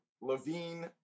Levine